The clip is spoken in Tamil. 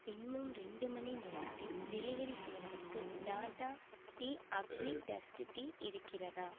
இன்னும் ரெண்டு மணி நேரத்தில் டெலிவரி செய்வதற்கு Tata tea Agni dust tea இருக்கிறதா